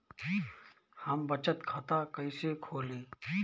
हम बचत खाता कईसे खोली?